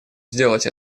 сделать